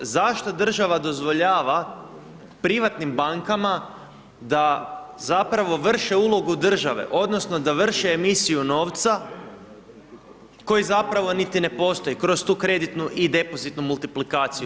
Zašto država dozvoljava privatnim bankama da zapravo vrše ulogu države odnosno da vrše emisiju novca koji zapravo niti ne postoji kroz tu kreditnu i depozitnu multiplikaciju?